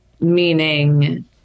meaning